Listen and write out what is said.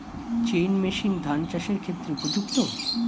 Chain machine ধান চাষের ক্ষেত্রে উপযুক্ত?